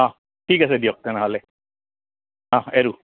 অঁ ঠিক আছে দিয়ক তেনেহ'লে অঁ এৰু